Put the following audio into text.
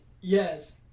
Yes